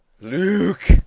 Luke